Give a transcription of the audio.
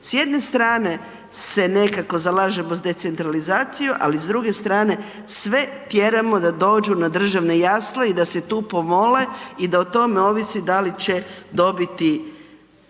S jedne strane se nekako zalažemo s decentralizacijom, ali s druge strane sve tjeramo da dođu na državne jasle i da se tu pomole i da o tome ovisi Jednako